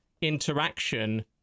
interaction